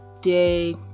day